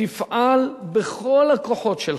תפעל בכל הכוחות שלך,